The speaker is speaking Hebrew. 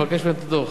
לבקש מהם את הדוח.